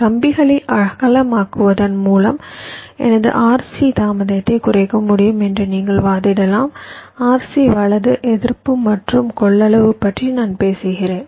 கம்பிகளை அகலமாக்குவதன் மூலம் எனது RC தாமதத்தை குறைக்க முடியும் என்று நீங்கள் வாதிடலாம் RC வலது எதிர்ப்பு மற்றும் கொள்ளளவு பற்றி நான் பேசுகிறேன்